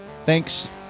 Thanks